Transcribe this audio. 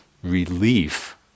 relief